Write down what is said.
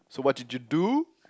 so what did you do